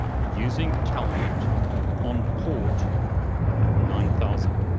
using telnet on port nine thousand.